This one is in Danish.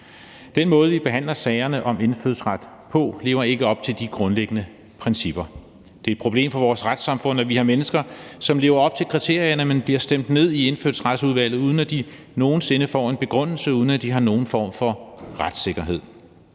Den måde, vi behandler sagerne om indfødsret på, lever ikke op til de grundlæggende principper. Det er et problem for vores retssamfund, at vi har mennesker, som lever op til kriterierne, men som bliver stemt ned i Indfødsretsudvalget, uden at de nogen sinde får en begrundelse, og uden at de har nogen form for retssikkerhed.